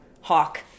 hawk